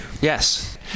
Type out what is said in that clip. yes